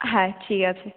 হ্যাঁ ঠিক আছে